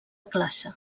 classe